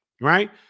right